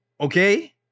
Okay